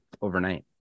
overnight